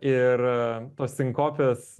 ir tos sinkopės